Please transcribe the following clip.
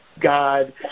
God